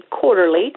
quarterly